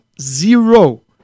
Zero